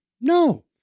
No